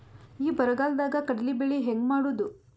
ಈ ಬರಗಾಲದಾಗ ಕಡಲಿ ಬೆಳಿ ಹೆಂಗ ಮಾಡೊದು?